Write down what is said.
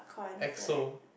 Exo